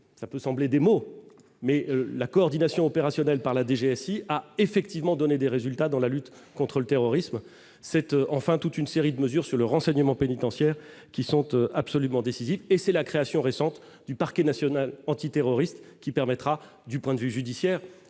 ça peut sembler des mots mais la coordination opérationnelle par la DGS, il a effectivement donné des résultats dans la lutte contre le terrorisme, cette, enfin toute une série de mesures sur le renseignement pénitentiaire qui sentent absolument décisif et c'est la création récente du parc national antiterroriste qui permettra, du point de vue judiciaire